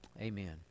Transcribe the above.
Amen